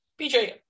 PJ